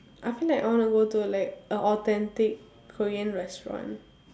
I feel like I want to go to like a authentic korean restaurant